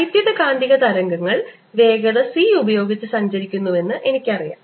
വൈദ്യുതകാന്തിക തരംഗങ്ങൾ വേഗത c ഉപയോഗിച്ച് സഞ്ചരിക്കുന്നുവെന്ന് എനിക്കറിയാം